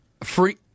Free